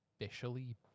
officially